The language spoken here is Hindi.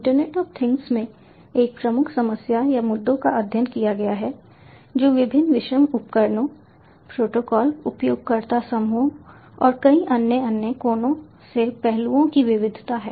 इंटरनेट ऑफ थिंग्स में एक प्रमुख समस्या या मुद्दों का अध्ययन किया गया है जो विभिन्न विषम उपकरणों प्रोटोकॉल उपयोगकर्ता समूहों और कई अन्य अन्य कोणों से पहलुओं की विविधता है